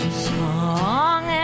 song